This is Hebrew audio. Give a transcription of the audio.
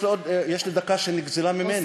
יש לי דקה שנגזלה ממני.